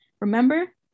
Remember